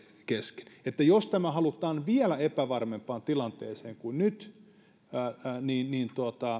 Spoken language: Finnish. kesken että jos tämä halutaan vielä epävarmempaan tilanteeseen kuin nyt niin